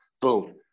Boom